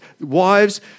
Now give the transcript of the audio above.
wives